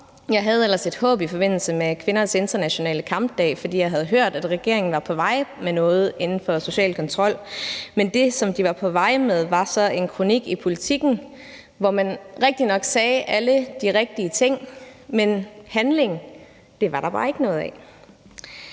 Jeg havde ellers et håb i forbindelse med kvindernes internationale kampdag, fordi jeg havde hørt, at regeringen var på vej med noget inden for social kontrol. Men det, som de var på vej med, var så en kronik i Politiken, hvor man rigtignok sagde alle de rigtige ting, men handling var der bare ikke noget af.